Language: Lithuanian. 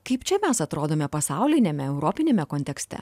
kaip čia mes atrodome pasauliniame europiniame kontekste